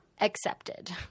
accepted